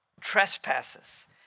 trespasses